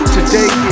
Today